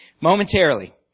momentarily